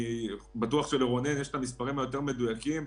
אני בטוח שלרונן יש את המספרים היותר מדויקים.